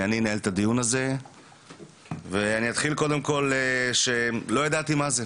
אני אנהל את הדיון הזה ואני אתחיל קודם כל בזה שאגיד שלא ידעתי מה זה.